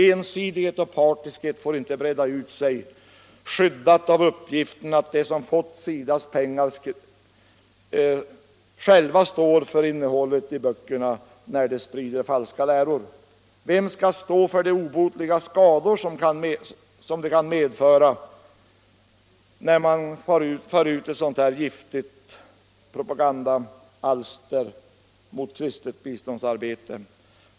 Ensidighet och partiskhet får inte breda ut sig i skydd av uppgiften att de som fått SIDA:s pengar själva står för innehållet i böckerna när de sprider falska läror. Vem skall stå för de obotliga skador det kan medföra att fara ut i sådana här giftiga propagandaalster mot kristet biståndsarbete?